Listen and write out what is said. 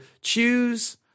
choose